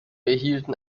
erhielten